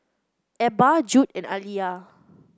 Ebba Jude and Aliya